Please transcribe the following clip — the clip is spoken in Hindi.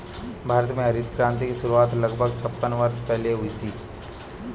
भारत में हरित क्रांति की शुरुआत लगभग छप्पन वर्ष पहले हुई थी